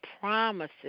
promises